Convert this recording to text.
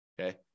okay